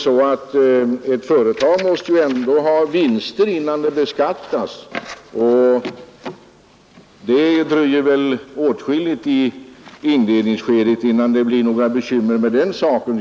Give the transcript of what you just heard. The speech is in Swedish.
Ett företag måste ändå ge vinst innan det beskattas, och det dröjer väl åtskillig tid i inledningsskedet innan det blir några bekymmer med den saken.